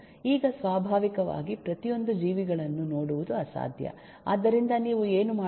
ಈಗ ಸ್ವಾಭಾವಿಕವಾಗಿ ಪ್ರತಿಯೊಂದು ಜೀವಿಗಳನ್ನು ನೋಡುವುದು ಅಸಾಧ್ಯ ಆದ್ದರಿಂದ ನೀವು ಏನು ಮಾಡುತ್ತೀರಿ